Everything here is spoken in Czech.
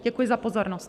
Děkuji za pozornost.